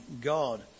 God